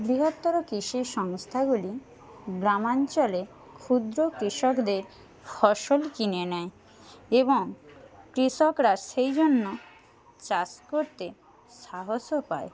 বৃহত্তর কৃষি সংস্থাগুলি গ্রামাঞ্চলে ক্ষুদ্র কৃষকদের ফসল কিনে নেয় এবং কৃষকরা সেই জন্য চাষ করতে সাহসও পায়